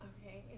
Okay